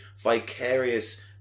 vicarious